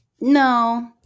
No